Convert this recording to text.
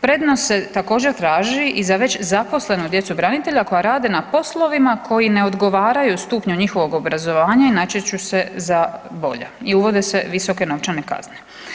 Prednost se također traži i za već zaposlenu djecu branitelja koji rade na poslovima koji ne odgovaraju stupnju njihovog obrazovanja i natječu se za bolja i uvode se visoke novčane kazne.